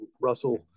Russell